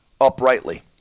uprightly